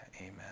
amen